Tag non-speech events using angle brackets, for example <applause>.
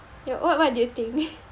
ya what what do you think <noise>